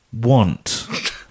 want